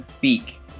beak